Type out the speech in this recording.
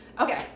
Okay